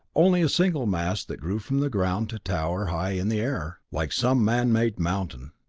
only a single mass that grew from the ground to tower high in the air, like some man-made mountain.